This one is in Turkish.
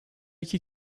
iki